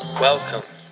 Welcome